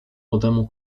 młodemu